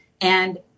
And-